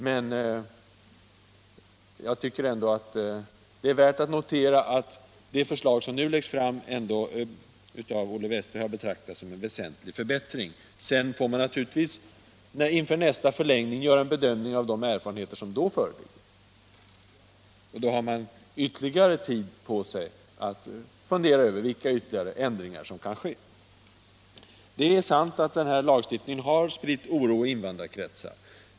Men jag tycker ändå det är värt att notera att Olle 17 december 1976 Wästberg betraktar det förslag som nu har lagts fram som en väsentlig —— förbättring. Sedan får man naturligtvis inför nästa förlängning göra en = Fortsattgiltighet av bedömning av de erfarenheter som då föreligger. Då har man också mer = spaningslagen tid på sig att fundera över vilka övriga ändringar som kan ske. Det är sant att den här lagstiftningen har spritt oro i invandrarkretsar.